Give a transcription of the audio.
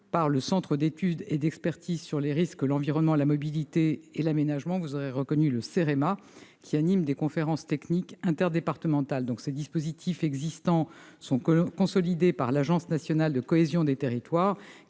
par le Centre d'études et d'expertise sur les risques, l'environnement, la mobilité et l'aménagement, le Cérema, qui anime des conférences techniques interdépartementales. Ces dispositifs seront consolidés par l'Agence nationale de la cohésion des territoires,